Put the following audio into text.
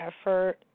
effort